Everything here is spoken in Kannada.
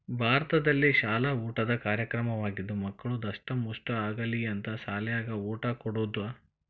ಭಾರತದಲ್ಲಿಶಾಲ ಊಟದ ಕಾರ್ಯಕ್ರಮವಾಗಿದ್ದು ಮಕ್ಕಳು ದಸ್ಟಮುಷ್ಠ ಆಗಲಿ ಅಂತ ಸಾಲ್ಯಾಗ ಊಟ ಕೊಡುದ